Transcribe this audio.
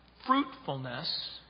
fruitfulness